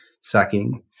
sacking